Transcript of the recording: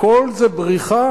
הכול זה בריחה?